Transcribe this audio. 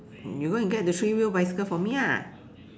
you go and get the three wheel bicycle for me ah